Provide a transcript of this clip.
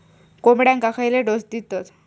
कोंबड्यांक खयले डोस दितत?